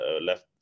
left